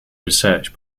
research